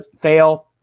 fail